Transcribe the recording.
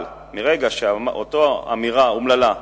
אבל מרגע שאותה אמירה אומללה,